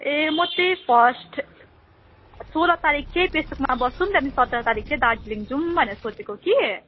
ए म त्यही फर्स्ट सोह्र तारिख चाहिँ पेसोकमा बसौँ त्यहाँदेखि सत्र तारिख चाहिँ दार्जिलिङ जाउँ भनेर सोचेको कि